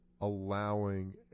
allowing